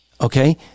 okay